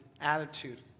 attitude